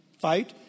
fight